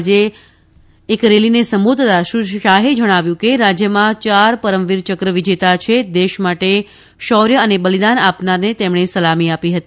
આજે શિમલામાં એક રેલીને સંબોધતાં શ્રી શાહે જણાવ્યું કે રાજ્યમાં ચાર પરમવીર ચક્ર વિજેતા છે દેશ માટે શોર્ય અને બલિદાન આપનારને તેમણે સલામી આપી હૃતી